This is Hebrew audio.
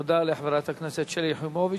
תודה לחברת הכנסת שלי יחימוביץ.